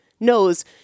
knows